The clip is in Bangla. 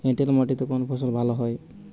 এঁটেল মাটিতে কোন ফসল ভালো হয়?